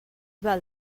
val